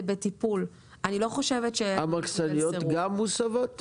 זה בטיפול, אני לא חושבת --- המחסניות גם מסבות?